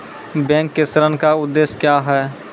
Bank के ऋण का उद्देश्य क्या हैं?